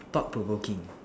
thought provoking